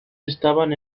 estaban